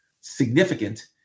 significant